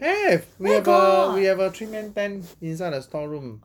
have we have a we have a three man tent inside the store room